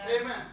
Amen